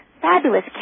fabulous